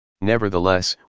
Nevertheless